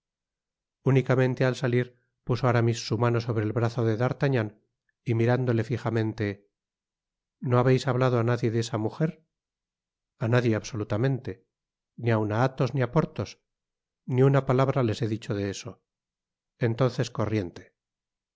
únicamente al salir puso aramis su mano sobre el brazo de d'artagnan y mirándole fijamente no habeis hablado á nadie de esa mujer i a nadie absolutamente ni aun á athos ni á porthos ni una palabra les he dicho de eso entonces corriente y